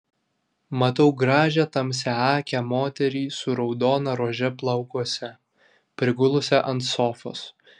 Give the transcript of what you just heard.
matau gražią tamsiaakę moterį su raudona rože plaukuose prigulusią ant sofos